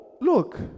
look